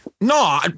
No